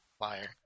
Liar